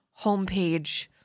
homepage